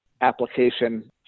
application